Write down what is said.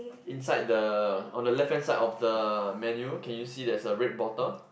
inside the on the left hand side of the menu can you see there's a red bottle